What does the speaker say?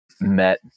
met